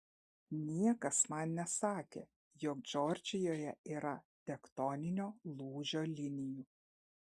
niekas man nesakė jog džordžijoje yra tektoninio lūžio linijų